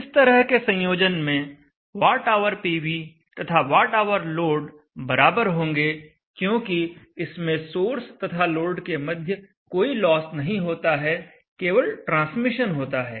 इस तरह के संयोजन में वॉट ऑवर पीवी तथा वॉट ऑवर लोड बराबर होंगे क्योंकि इसमें सोर्स तथा लोड के मध्य कोई लॉस नहीं होता है केवल ट्रांसमिशन होता है